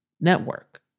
network